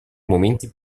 momenti